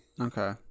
Okay